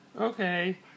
Okay